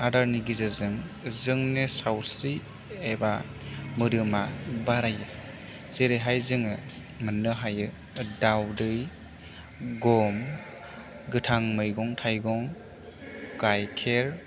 आदारनि गेजेरजों जोंनि सावस्रि एबा मोदोमा बारायो जेरैहाय जोङो मोन्नो हायो दावदै गम गोथां मैगं थाइगं गाइखेर